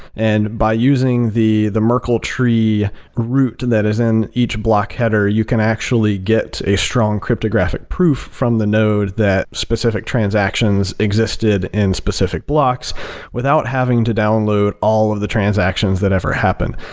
and by using the the merkel tree root and that is in each block header, you can actually get a strong cryptographic proof from the node that specific transactions existed in specific blocks without having to download all of the transactions that ever happened.